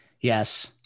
Yes